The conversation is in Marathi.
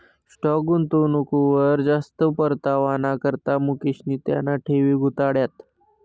स्टाॅक गुंतवणूकवर जास्ती परतावाना करता मुकेशनी त्याना ठेवी गुताड्यात